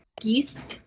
geese